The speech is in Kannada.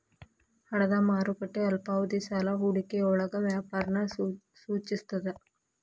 ಹಣದ ಮಾರುಕಟ್ಟೆ ಅಲ್ಪಾವಧಿ ಸಾಲ ಹೂಡಿಕೆಯೊಳಗ ವ್ಯಾಪಾರನ ಸೂಚಿಸ್ತದ